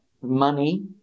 money